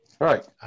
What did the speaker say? Right